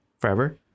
forever